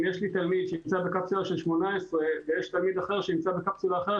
אם יש תלמיד שנמצא בקפסולה של 18 ויש תלמיד אחר שנמצא בקפסולה אחרת,